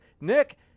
Nick